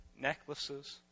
necklaces